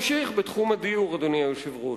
אני ממשיך בתחום הדיור, אדוני היושב-ראש.